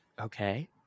Okay